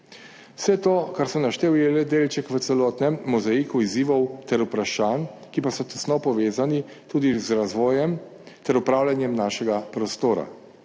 Vse to, kar sem naštel, je le delček v celotnem mozaiku izzivov ter vprašanj, ki pa so tesno povezani tudi z razvojem ter upravljanjem našega prostora.